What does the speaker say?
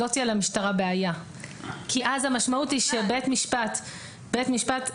לא תהיה למשטרה בעיה כי אז המשמעות היא שבית משפט בגזר